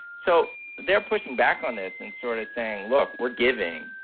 so they're pushing back on this and sort of saying, look, we're giving.